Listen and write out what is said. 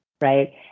right